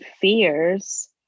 fears